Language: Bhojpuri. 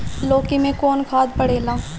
लौकी में कौन खाद पड़ेला?